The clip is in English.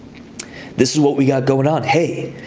this is what we got going on. hey,